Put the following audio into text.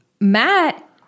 Matt